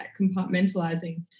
compartmentalizing